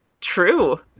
true